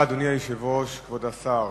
אדוני היושב-ראש, תודה, כבוד השר,